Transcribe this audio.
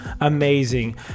amazing